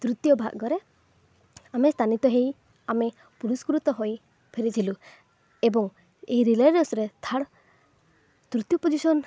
ତୃତୀୟ ଭାଗରେ ଆମେ ସ୍ଥାନିତ ହୋଇ ଆମେ ପୁରସ୍କୃତ ହୋଇ ଫେରିଥିଲୁ ଏବଂ ଏହି ରିଲେ ରେସ୍ରେ ଥାର୍ଡ଼୍ ତୃତୀୟ ପୋଜିସନ୍